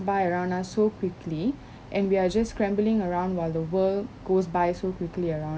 by around us so quickly and we are just scrambling around while the world goes by so quickly around